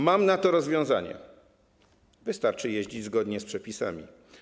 Mam na to rozwiązanie: wystarczy jeździć zgodnie z przepisami.